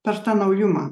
per tą naujumą